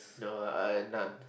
no I non